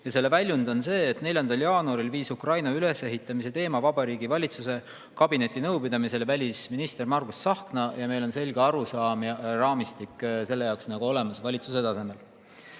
Selle väljund on see, et 4. jaanuaril tõi Ukraina ülesehitamise teema Vabariigi Valitsuse kabinetinõupidamisele välisminister Margus Tsahkna, ja meil on selge arusaam ja raamistik selle jaoks olemas valitsuse tasemel. Teine